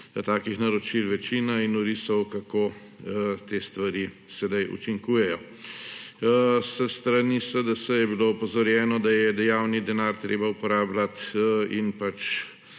takih naročil večina, in orisal, kako te stvari sedaj učinkujejo. S strani SDS je bilo opozorjeno, da je dejavni denar treba uporabljati in